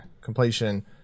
Completion